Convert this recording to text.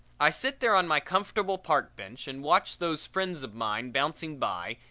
i sit there on my comfortable park bench and watch those friends of mine bouncing by,